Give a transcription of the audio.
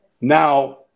now